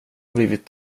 blivit